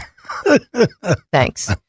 Thanks